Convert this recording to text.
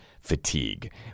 fatigue